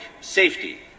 Safety